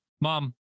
mom